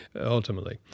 ultimately